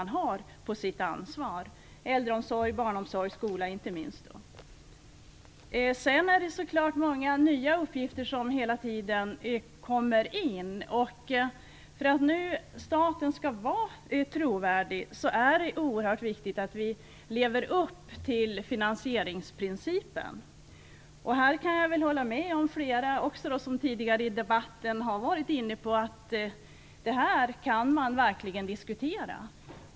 Det handlar inte minst om äldreomsorg, barnomsorg och skola. Sedan är det så klart många nya uppgifter som hela tiden kommer till. För att staten skall vara trovärdig är det oerhört viktigt att vi lever upp till finansieringsprincipen. Jag kan hålla med dem som tidigare i debatten har varit inne på att detta kan diskuteras.